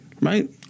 right